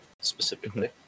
specifically